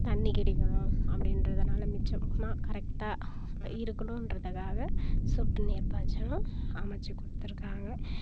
தண்ணி கிடைக்கணும் அப்டின்றதுனால் மிச்சம்னா கரெக்டாக இருக்கணும்றதுக்காக சொட்டு நீர் பாசனம் அமைத்து கொடுத்துருக்காங்க